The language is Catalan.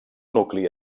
nucli